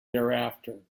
thereafter